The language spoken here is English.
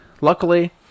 Luckily